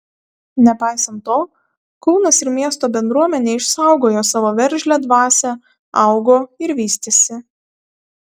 nepaisant to kaunas ir miesto bendruomenė išsaugojo savo veržlią dvasią augo ir vystėsi